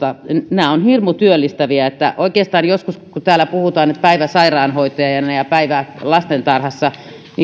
nämä ovat hirmu työllistäviä oikeastaan kun kun täällä joskus puhutaan päivästä sairaanhoitajana ja päivästä lastentarhassa